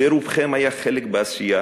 לרובכם היה חלק בעשייה